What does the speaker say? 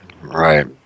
Right